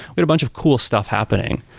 but are a bunch of cool stuff happening.